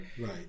Right